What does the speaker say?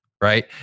right